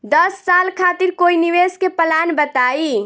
दस साल खातिर कोई निवेश के प्लान बताई?